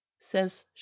says